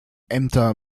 ämter